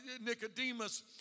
Nicodemus